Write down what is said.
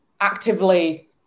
actively